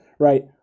right